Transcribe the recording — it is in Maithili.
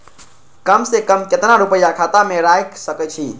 कम से कम केतना रूपया खाता में राइख सके छी?